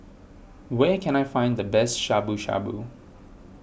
where can I find the best Shabu Shabu